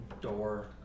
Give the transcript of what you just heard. door